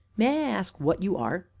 may i ask what you are?